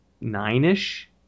Nine-ish